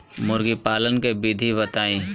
मुर्गीपालन के विधी बताई?